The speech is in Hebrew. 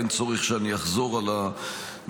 ואין צורך שאני אחזור על הדברים.